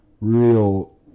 Real